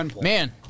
man